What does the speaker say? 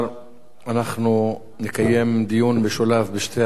אנחנו נקיים דיון משולב בשתי הצעות האי-אמון,